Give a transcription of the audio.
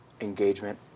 engagement